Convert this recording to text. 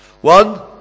One